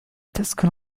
تسكن